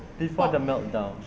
before the meltdown